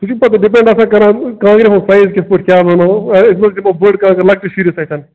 یہ چھُ پتہٕ ڈِپینٛڈ آسان کران کانٛگرِ ہُنٛد سایز کِتھ پٲٹھۍ کیاہ بناوو أسۍ مہ حظ دِیو بٔڑ کانٛگر لَکٹِس شُرِس نِش